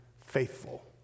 faithful